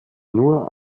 nur